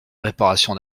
réparation